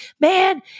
man